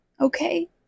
okay